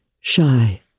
Shy